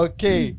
Okay